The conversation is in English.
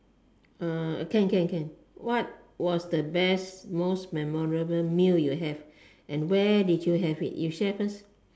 can can can what was the best most memorable meal you have and where did you have it you share first